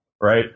right